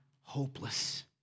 hopeless